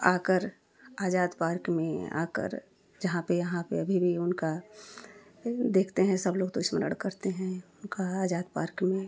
आकर आज़ाद पार्क में आकर जहाँ पर यहाँ पर अभी भी उनका देखते हैं सब लोग तो स्मरण करते हैं उनका आजाद पार्क में